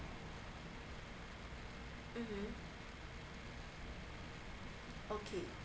mm okay